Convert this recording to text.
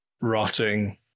rotting